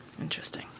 Interesting